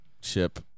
ship